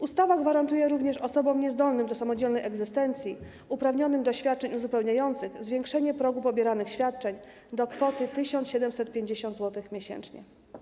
Ustawa gwarantuje również osobom niezdolnym do samodzielnej egzystencji, uprawnionym do świadczeń uzupełniających zwiększenie progu pobieranych świadczeń do kwoty 1750 zł miesięcznie.